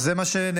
זה מה שנאמר.